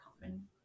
common